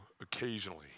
occasionally